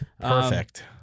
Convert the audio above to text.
Perfect